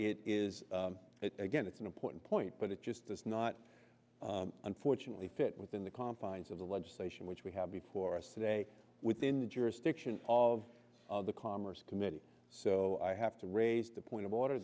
but it is again it's an important point but it just does not unfortunately fit within the confines of the legislation which we have before us today within the jurisdiction of the commerce committee so i have to raise the point of order